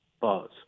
buzz